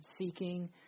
seeking